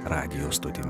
radijo stotimi